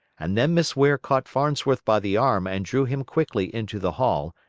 and then miss ware caught farnsworth by the arm and drew him quickly into the hall,